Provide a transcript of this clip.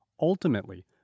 Ultimately